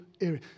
area